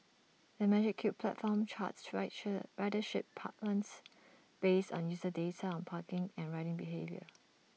the magic Cube platform charts ridership patterns based on user data on parking and riding behaviour